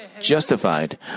justified